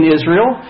Israel